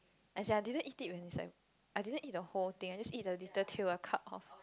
as in I didn't eat it when it's like I didn't eat the whole thing I just eat the little tail I just cut off